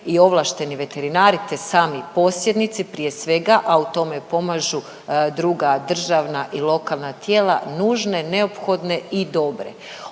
i ovlašteni veterinari te sami posjednici prije svega, a u tome pomažu druga državna i lokalna tijela, nužne, neophodne i dobre.